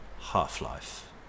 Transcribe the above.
Half-Life